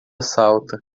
salta